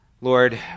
Lord